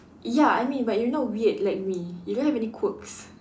ya I mean but you not weird like me you don't have any quirks